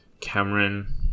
Cameron